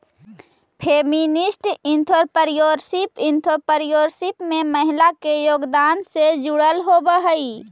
feminist entrepreneurship entrepreneurship में महिला के योगदान से जुड़ल होवऽ हई